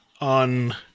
on